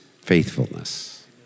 faithfulness